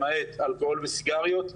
למעט אלכוהול וסיגריות,